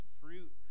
fruit